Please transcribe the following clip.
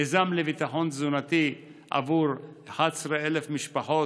מיזם לביטחון תזונתי עבור 11,000 משפחות